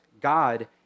God